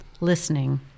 listening